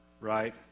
right